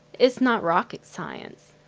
it's not rocket science.